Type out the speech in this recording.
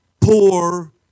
poor